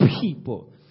people